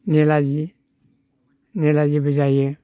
निलाजि निलाजिबो जायो